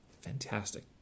Fantastic